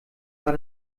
war